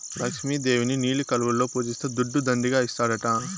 లక్ష్మి దేవిని నీలి కలువలలో పూజిస్తే దుడ్డు దండిగా ఇస్తాడట